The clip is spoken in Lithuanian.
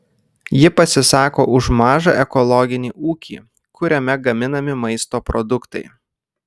ji pasisako už mažą ekologinį ūkį kuriame gaminami maisto produktai